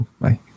Bye